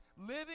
living